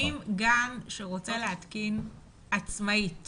האם גן שרוצה להתקין עצמאית